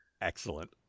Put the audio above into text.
Excellent